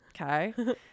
Okay